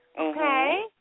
Okay